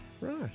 Right